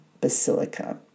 Basilica